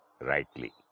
rightly